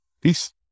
Peace